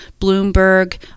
Bloomberg